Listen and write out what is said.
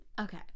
Okay